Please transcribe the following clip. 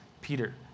Peter